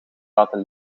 laten